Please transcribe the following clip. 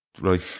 Right